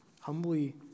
humbly